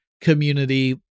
community